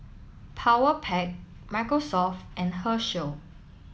Powerpac Microsoft and Herschel